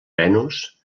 venus